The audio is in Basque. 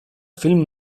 film